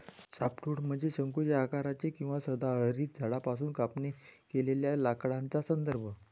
softwood म्हणजे शंकूच्या आकाराचे किंवा सदाहरित झाडांपासून कापणी केलेल्या लाकडाचा संदर्भ